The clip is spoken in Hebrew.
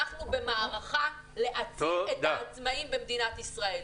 אנחנו במערכה להציל את העצמאים במדינת ישראל.